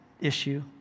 issue